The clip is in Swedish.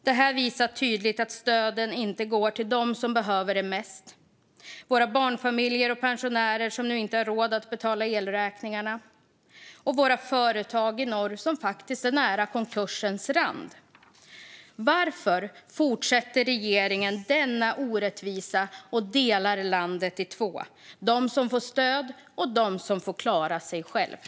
Det visar tydligt att stöden inte går till dem som behöver dem mest - våra barnfamiljer och pensionärer som nu inte har råd att betala elräkningarna och våra företag i norr som faktiskt är nära konkursens rand. Varför fortsätter regeringen med denna orättvisa och delar landet i två, de som får stöd och de som får klara sig själva?